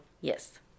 Yes